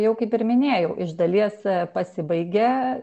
jau kaip ir minėjau iš dalies pasibaigia